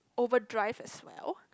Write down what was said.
overdrive as well